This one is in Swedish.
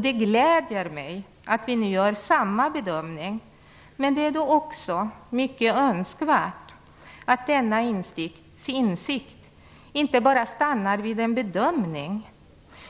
Det gläder mig att vi nu gör samma bedömning. Men det är också mycket önskvärt att denna insikt inte bara stannar vid en bedömning